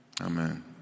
Amen